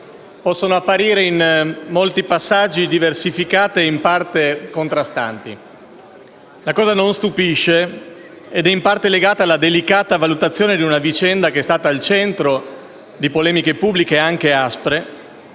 possono apparire in molti passaggi diversificate e in parte contrastanti. La cosa non stupisce ed è in parte legata alla delicata valutazione di una vicenda che è stata al centro di polemiche pubbliche anche aspre,